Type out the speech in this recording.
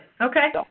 Okay